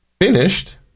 Finished